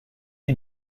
you